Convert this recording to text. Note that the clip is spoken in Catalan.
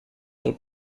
del